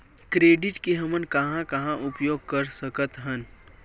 Credit के हमन कहां कहा उपयोग कर सकत हन?